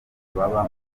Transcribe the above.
baba